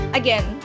again